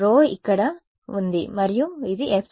కాబట్టి σ ఇక్కడ ఉంది మరియు ఇది εr